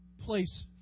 place